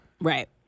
Right